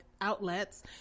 outlets